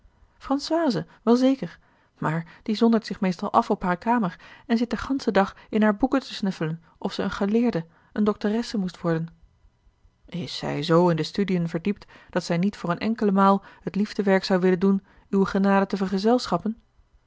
françoise wel zeker maar die zondert zich meestal af op hare kamer en zit den ganschen dag in hare boeken te snuffelen of zij eene geleerde eene doctoresse moest worden is zij z in de studiën verdiept dat zij niet voor eene enkele maal het liefdewerk zou willen doen uwe genade te vergezelschappen